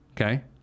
okay